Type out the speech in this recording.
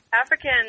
African